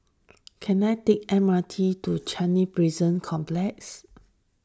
can I take M R T to Changi Prison Complex